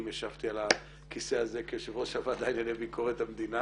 ישבתי על הכיסא הזה כיושב ראש הוועדה לענייני ביקורת המדינה